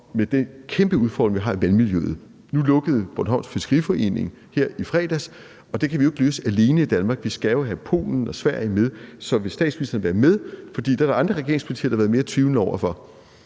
til den kæmpe udfordring, vi har med vandmiljøet. Nu lukkede Bornholms fiskeriforening her i fredags, og det kan vi jo ikke løse alene i Danmark. Vi skal jo have Polen og Sverige med. Så vil statsministeren være med? For det er der andre regeringspartier der har været mere tvivlende over for.